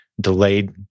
delayed